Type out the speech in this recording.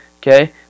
okay